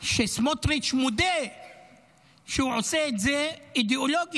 שסמוטריץ' מודה שהוא עושה את זה אידיאולוגית